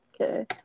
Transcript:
okay